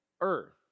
earth